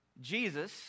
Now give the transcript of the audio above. Jesus